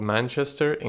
Manchester